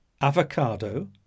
avocado